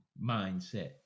mindset